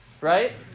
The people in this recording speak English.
right